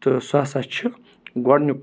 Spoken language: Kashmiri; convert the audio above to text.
تہٕ سُہ ہَسا چھِ گۄڈنیُک